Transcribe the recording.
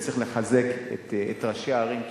וצריך לחזק את ראשי הערים,